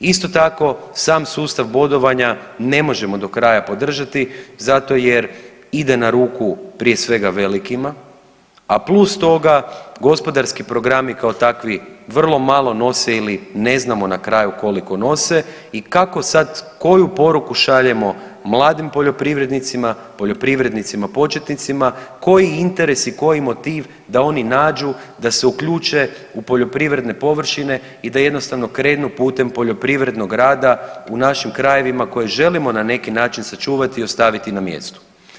Isto tako sam sustav bodovanja ne možemo do kraja podržati zato jer ide na ruku prije svega velikima, a plus toga gospodarski programi kao takvi vrlo malo nose ili ne znamo na kraju koliko nose i kako sad, koju poruku šaljemo mladim poljoprivrednicima, poljoprivrednicima početnicima, koji interes i koji motiv da oni nađu da se uključe u poljoprivredne površine i da jednostavno krenu putem poljoprivrednog rada u našim krajevima koje želimo na neki način sačuvati i ostaviti na mjestu.